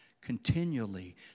continually